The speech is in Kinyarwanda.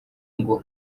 ngo